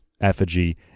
effigy